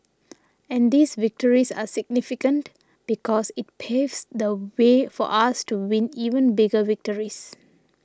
and these victories are significant because it paves the way for us to win even bigger victories